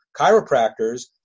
chiropractors